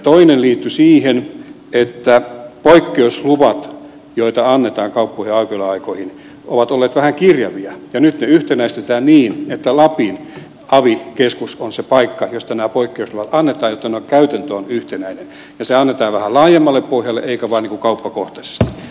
toinen liittyi siihen että poikkeusluvat joita annetaan kauppojen aukioloaikoihin ovat olleet vähän kirjavia ja nyt ne yhtenäistetään niin että lapin avi keskus on se paikka josta nämä poikkeusluvat annetaan jotta käytäntö on yhtenäinen ja se annetaan vähän laajemmalle pohjalle eikä vain kauppakohtaisesti